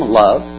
love